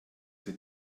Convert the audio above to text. sie